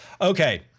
okay